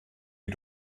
die